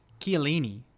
Chiellini